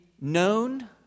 known